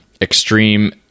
Extreme